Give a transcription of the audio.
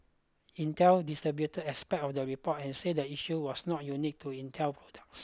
Intel disputed aspect of the report and said the issue was not unique to Intel